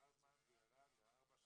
ולאחר זמן זה ירד ל-04:15.